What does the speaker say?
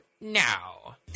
now